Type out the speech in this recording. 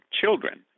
children